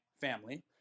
family